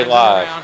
live